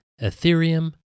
Ethereum